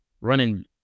running